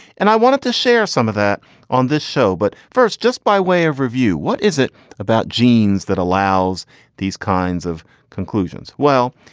and i wanted to share some of that on this show. but first, just by way of review, what is it about genes that allows these kinds of conclusions? well,